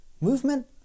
movement